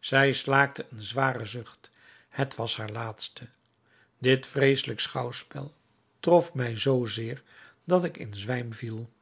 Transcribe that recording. zij slaakte een zwaren zucht het was haar laatste dit vreeselijke schouwspel trof mij zoo zeer dat ik in zwijm viel